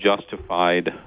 justified